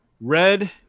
Red